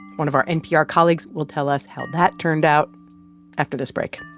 one of our npr colleagues will tell us how that turned out after this break